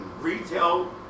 retail